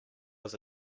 was